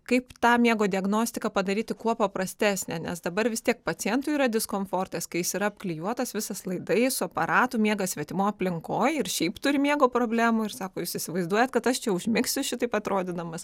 kaip tą miego diagnostiką padaryti kuo paprastesnę nes dabar vis tiek pacientui yra diskomfortas kai jis yra apklijuotas visas laidais su aparatu miega svetimo aplinkoj ir šiaip turi miego problemų ir sako jūs įsivaizduojat kad aš čia užmigsiu šitaip atrodydamas